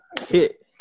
hit